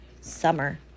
Summer